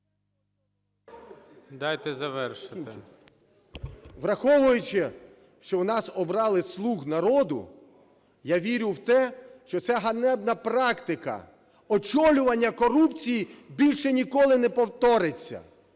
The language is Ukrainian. враховуючи, що у нас обрали "слуг народу" я вірю в те, що ця ганебна практика очолювання корупції більше ніколи не повториться.